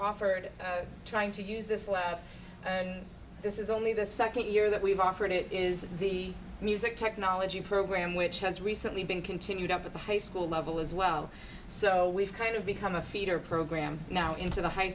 offered trying to use this lab and this is only the second year that we've offered it is the music technology program which has recently been continued up at the high school level as well so we've kind of become a feeder program now into the high